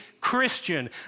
Christian